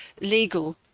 legal